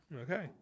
Okay